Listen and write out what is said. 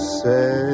say